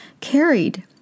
carried